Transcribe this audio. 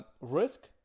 Risk